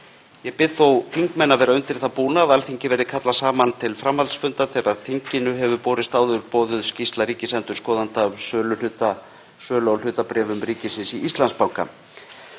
Ég bið þó þingmenn að vera undir það búna að Alþingi verði kallað saman til framhaldsfunda þegar þinginu hefur borist áður boðuð skýrsla ríkisendurskoðanda um sölu á hlutabréfum ríkisins í Íslandsbanka.